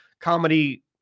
comedy